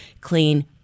clean